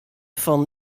fan